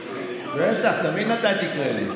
בטח, תמיד נתתי קרדיט.